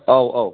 औ औ